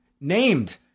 named